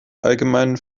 allgemeinen